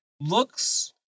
looks